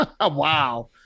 Wow